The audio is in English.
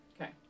Okay